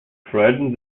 frightened